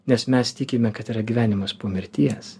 nes mes tikime kad yra gyvenimas po mirties